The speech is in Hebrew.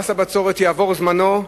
מס הבצורת יעבור זמנו,